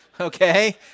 okay